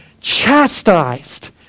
chastised